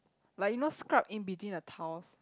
like you know scrub in between the tiles